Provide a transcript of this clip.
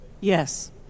Yes